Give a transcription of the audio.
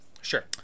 Sure